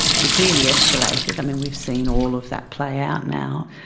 he clearly escalated, i mean we've seen all of that play out now.